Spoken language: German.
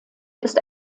ist